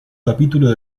capítulo